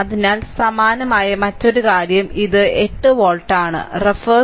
അതിനാൽ സമാനമായി മറ്റൊരു കാര്യം ഇത് 8 വോൾട്ട് ആണ്